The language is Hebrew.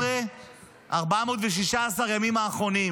הימים האחרונים.